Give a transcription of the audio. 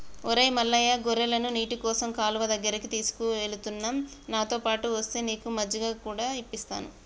ఒరై మల్లయ్య గొర్రెలను నీటికోసం కాలువ దగ్గరికి తీసుకుఎలుతున్న నాతోపాటు ఒస్తే నీకు మజ్జిగ కూడా ఇప్పిస్తాను